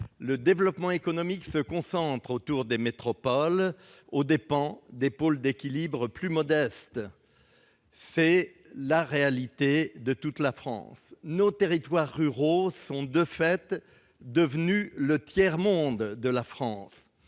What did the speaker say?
Le développement économique se concentre autour des pôles métropolitains aux dépens des pôles d'équilibre plus modestes. C'est la réalité dans toute la France. Nos territoires ruraux sont, de fait, devenus le tiers-monde de la France,